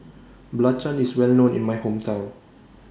Belacan IS Well known in My Hometown